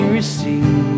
receive